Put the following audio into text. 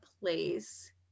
place